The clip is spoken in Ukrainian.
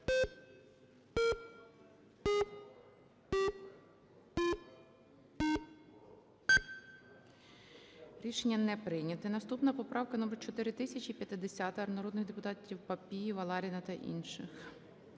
Рішення не прийнято. Наступна поправка - номер 4050, народних депутатів Папієва, Ларіна та інших.